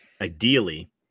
ideally